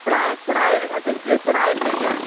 பினா phenyl நல்லா தெளித்து phenyl தெளிங்க